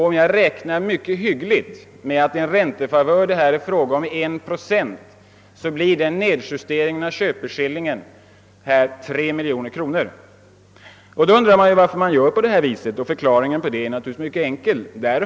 Om jag räknar mycket hyggligt och säger att den favören kan beräknas till 1 procent, så betyder det en nedjustering av köpeskillingen på 3 miljoner kronor. Varför har man då gjort på detta sätt? Ja, förklaringen är mycket enkel.